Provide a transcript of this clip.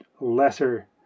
lesser